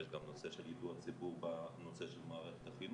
יש גם נושא של יידוע הציבור בנושא של מערכת החינוך,